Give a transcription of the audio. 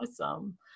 Awesome